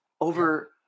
over